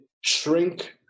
shrink